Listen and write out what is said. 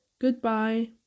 Goodbye